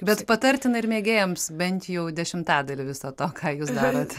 bet patartina ir mėgėjams bent jau dešimtadalį viso to ką jūs darote